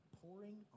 pouring